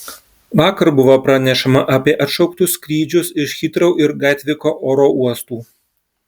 vakar buvo pranešama apie atšauktus skrydžius iš hitrou ir gatviko oro uostų